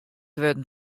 wurden